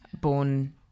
born